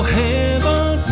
heaven